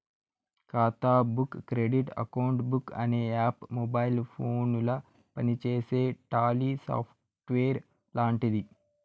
ఖాతా book credit account book అనే app mobile ఫోనుల పనిచేసే టాలీ సాఫ్ట్వేర్ లాంటిది